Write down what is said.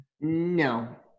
No